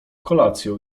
kolacją